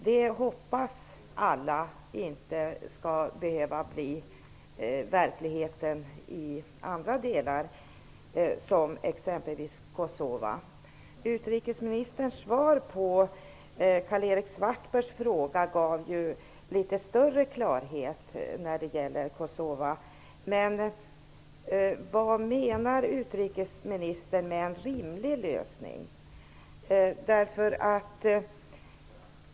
Vi hoppas alla att detta inte skall behöva bli verklighet i andra områden, exempelvis i Kosova. Utrikesministerns svar på Karl-Erik Svartbergs fråga gav ju litet större klarhet vad gäller Kosova. Men vad menar utrikesministern med ''en rimlig lösning''?